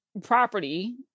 property